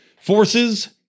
forces